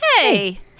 hey